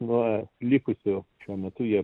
nuo likusių šiuo metu jie